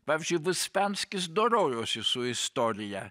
pavyzdžiui vispenskis dorojosi su istorija